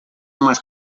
más